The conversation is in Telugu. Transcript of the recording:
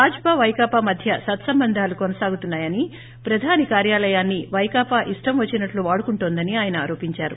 భాజపా వైకాపా మధ్య సత్పంబంధాలు కొనసాగుతున్నాయని ప్రధాని కార్యాలయాన్సి పైకాపా ఇష్టం వచ్చినట్లు వాడుకుంటోందని ఆయన ఆరోపించారు